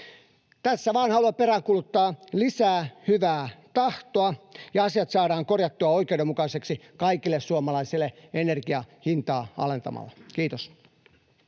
Tässä vaan haluan peräänkuuluttaa lisää hyvää tahtoa ja sitä, että asiat saadaan korjattua oikeudenmukaisiksi kaikille suomalaisille energiahintaa alentamalla. — Kiitos.